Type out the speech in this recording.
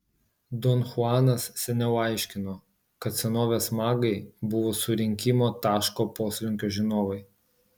don chuanas seniau aiškino kad senovės magai buvo surinkimo taško poslinkio žinovai